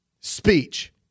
speech